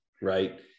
right